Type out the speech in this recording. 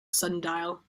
sundial